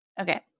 Okay